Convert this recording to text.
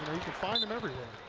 find them everywhere.